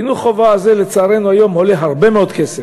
החינוך חובה הזה לצערנו היום עולה הרבה מאוד כסף.